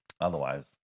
Otherwise